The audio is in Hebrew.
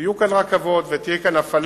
שיהיו כאן רכבות, ותהיה הפעלה.